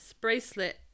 bracelet